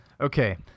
Okay